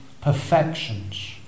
perfections